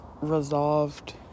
resolved